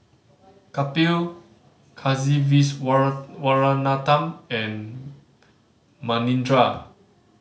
Kapil Kasiviswanathan and Manindra